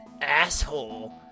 asshole